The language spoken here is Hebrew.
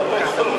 השר,